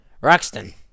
Roxton